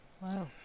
Wow